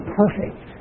perfect